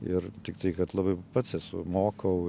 ir tiktai kad labai pats esu mokau